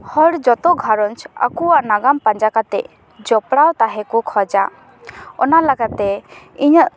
ᱦᱚᱲ ᱡᱚᱛᱚ ᱜᱷᱟᱨᱚᱸᱡᱽ ᱟᱠᱚᱣᱟᱜ ᱱᱟᱜᱟᱢ ᱯᱟᱡᱟ ᱠᱟᱛᱮ ᱡᱚᱯᱚᱲᱟᱣ ᱛᱟᱦᱮᱸ ᱠᱚ ᱠᱷᱚᱡᱟ ᱚᱱᱟ ᱞᱮᱠᱟᱛᱮ ᱤᱧᱟᱹᱜ